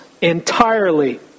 entirely